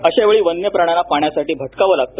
अशा वेळी वन्य प्राण्यांना पाण्यासाठी भटकावे लागत